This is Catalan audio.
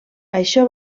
això